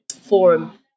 forum